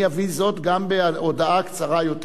אני אביא זאת גם בהודעה קצרה יותר.